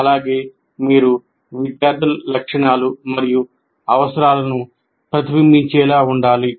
అలాగే మీరు విద్యార్థుల లక్షణాలు మరియు అవసరాలను ప్రతిబింబించేలా ఉండాలి